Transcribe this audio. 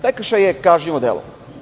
Prekršaj je kažnjivo delo.